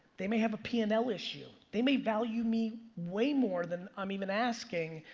they may have a p and l issue. they may value me way more than i'm even asking,